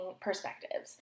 perspectives